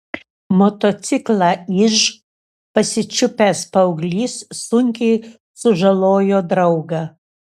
motociklą iž pasičiupęs paauglys sunkiai sužalojo draugą